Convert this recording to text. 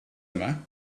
yma